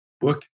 book